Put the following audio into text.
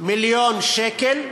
מיליון שקל,